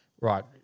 right